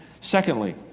secondly